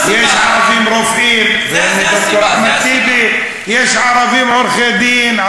ברגע שרק 2% מרואיינים, איך